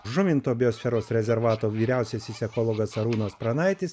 žuvinto biosferos rezervato vyriausiasis ekologas arūnas pranaitis